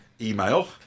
email